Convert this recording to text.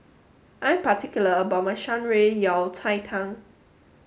I'm particular about my Shan Rui Yao Cai Tang